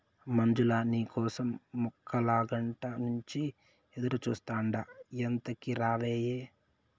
మంజులా, నీ కోసం ముక్కాలగంట నుంచి ఎదురుచూస్తాండా ఎంతకీ రావాయే